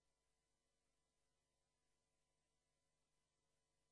לקהילה, וכמובן כל ערבי הוא לא מתאים.